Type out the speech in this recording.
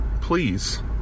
please